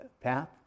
path